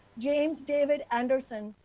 james david anderson.